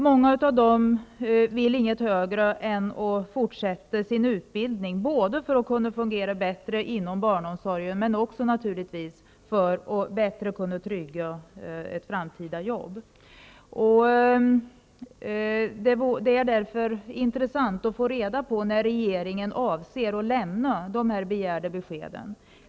Många av dem vill inget högre än att fortsätta sin utbildning, för att kunna fungera bättre inom barnomsorgen men också för att bättre kunna trygga ett framtida jobb. Det är därför intressant att få reda på när regeringen avser att lämna de begärda beskeden.